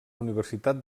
universitat